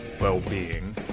well-being